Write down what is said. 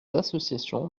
associations